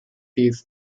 his